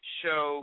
show